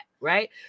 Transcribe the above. right